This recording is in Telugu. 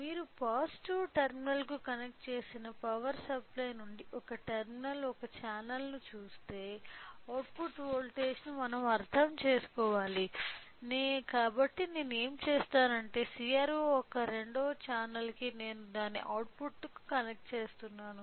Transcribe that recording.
మీరు పాజిటివ్ టెర్మినల్కు కనెక్ట్ చేసిన పవర్ సప్లై నుండి ఒక టెర్మినల్ ఒక ఛానెల్ను చూస్తే అవుట్పుట్ వోల్టేజ్ను మనం అర్థం చేసుకోవాలి కాబట్టి నేను ఏమి చేస్తాను అంటే CRO యొక్క రెండవ ఛానెల్ కి నేను దాని అవుట్పుట్కు కనెక్ట్ చేస్తున్నాను